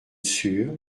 sûre